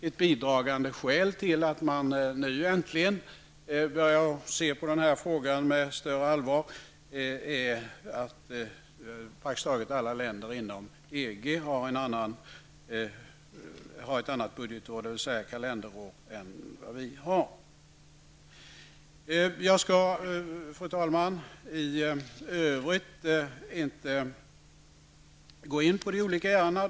Ett bidragande skäl till att man nu äntligen börjar se på den här frågan med större allvar är att praktiskt taget alla länder inom EG har ett annat budgetår, dvs. kalenderår. Fru talman! I övrigt skall jag inte gå in på de olika ärendena.